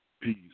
peace